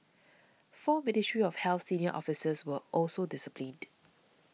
four Ministry of Health senior officers were also disciplined